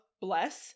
bless